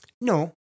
No